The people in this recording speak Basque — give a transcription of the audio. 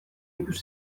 ikusi